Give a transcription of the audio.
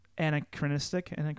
anachronistic